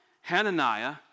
Hananiah